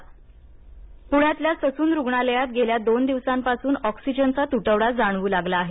पणे ससन प्ण्यातल्या ससून रुग्णालयात गेल्या दोन दिवसांपासून ऑक्सिजनचा तुटवडा जाणवू लागला आहे